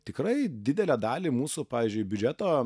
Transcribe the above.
tikrai didelę dalį mūsų pavyzdžiui biudžeto